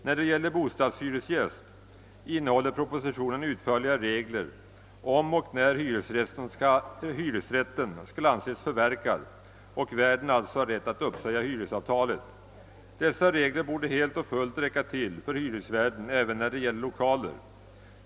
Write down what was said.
När det gäller bostadshyresgäst innehåller propositionen utförliga regler om och när hyresrätten skall anses förverkad och värden alltså har rätt att uppsäga hyresavtalet. Dessa regler borde helt och fullt räcka till för hyresvärden även när det gäller lokaler.